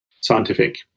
scientific